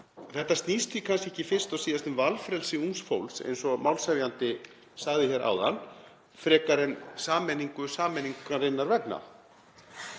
Þetta snýst því kannski fyrst og síðast um valfrelsi ungs fólks, eins og málshefjandi sagði áðan, frekar en sameiningu sameiningarinnar vegna.